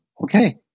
okay